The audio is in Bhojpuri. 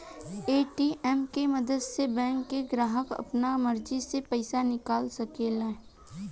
ए.टी.एम के मदद से बैंक के ग्राहक आपना मर्जी से पइसा निकाल सकेला